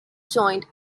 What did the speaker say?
joined